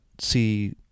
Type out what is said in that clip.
see